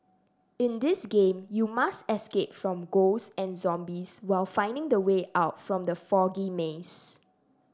in this game you must escape from ghosts and zombies while finding the way out from the foggy maze